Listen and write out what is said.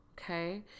okay